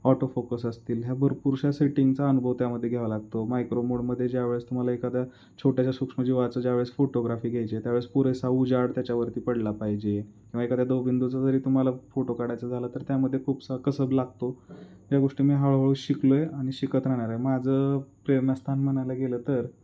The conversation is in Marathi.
ऑटो फोकस असतील ह्या भरपूरशा सेटिंगचा अनुभव त्यामध्ये घ्यावा लागतो मायक्रो मोडमध्ये ज्यावेळेस तुम्हाला एखाद्या छोट्याशा सूक्ष्म जीवाचा ज्यावेळेस फोटोग्राफी घ्यायची आहे त्यावेळेस पुरेसा उजेड त्याच्यावरती पडला पाहिजे किंवा एखाद्या दव बिंदूचा जरी तुम्हाला फोटो काढायचा झाला तर त्यामध्ये खूपसा कसब लागतो या गोष्टी मी हळूहळू शिकलो आहे आणि शिकत राहणार आहे माझं प्रेरणास्थान म्हणायला गेलं तर